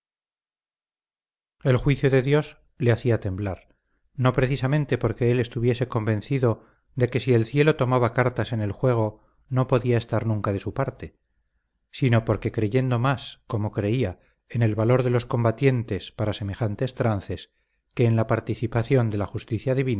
el juicio de dios le hacía temblar no precisamente porque él estuviese convencido de que si el cielo tomaba cartas en el juego no podía estar nunca de su parte sino porque creyendo más como creía en el valor de los combatientes para semejantes trances que en la participación de la justicia